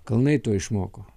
kalnai to išmoko